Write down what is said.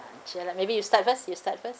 jialat maybe you start first you start first